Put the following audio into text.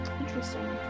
Interesting